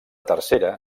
tercera